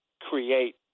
create